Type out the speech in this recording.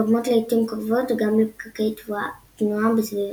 גורמות לעיתים קרובות גם לפקקי תנועה בסביבתן.